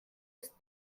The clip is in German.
ist